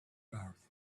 mouth